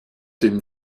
dem